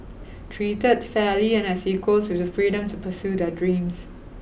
treated fairly and as equals with the freedom to pursue their dreams